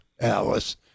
Alice